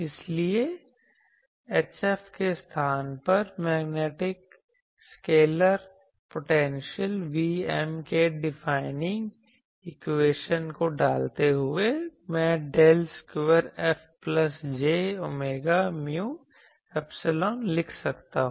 इसलिए HF के स्थान पर मैग्नेटिक स्केलर पोटेंशियल Vm के डिफाइनिंग इक्वेशन को डालते हुए मैं del square F plus j omega mu epsilon लिख सकता हूं